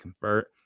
convert